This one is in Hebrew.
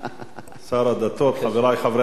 שר הדתות, חברי חברי הכנסת,